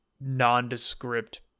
nondescript